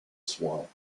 swap